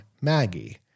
Maggie